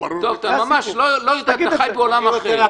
אתה ממש חי בעולם אחר.